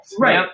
Right